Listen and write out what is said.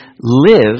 live